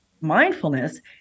mindfulness